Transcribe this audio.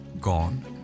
gone